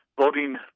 voting